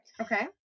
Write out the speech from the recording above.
Okay